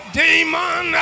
demon